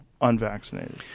unvaccinated